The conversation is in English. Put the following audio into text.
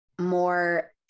more